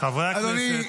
חברי הכנסת.